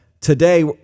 today